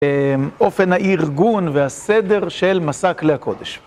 אופן הארגון והסדר של מסע כלי הקודש.